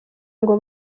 ngo